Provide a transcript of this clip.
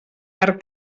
per